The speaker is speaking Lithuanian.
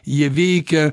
jie veikia